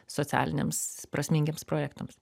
socialiniams prasmingiems projektams